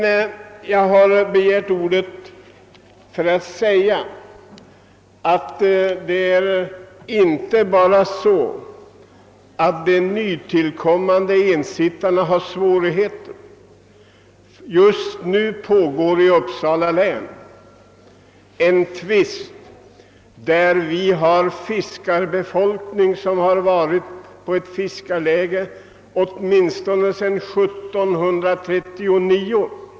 Jag har begärt ordet för att säga att det inte bara är de nytillkommande ensittarna som har svårigheter. Just nu pågår i Uppsala en tvist, där den ena parten består av en fiskarbefolkning, som har varit bosatt på ett fiskeläge åtminstone sedan 1739.